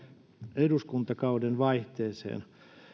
eduskuntakauden vaihteeseen